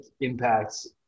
impacts